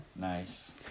Nice